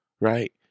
right